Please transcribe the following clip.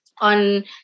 on